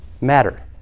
matter